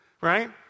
right